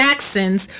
Jackson's